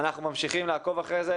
אנחנו ממשיכים לעקוב אחרי זה.